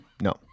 no